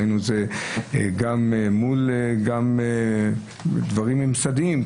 ראינו את זה גם מול דברים ממסדיים,